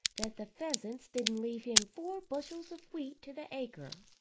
that the pheasants didn't leave him four bushels of wheat to the acre.